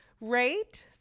rate